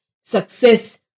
success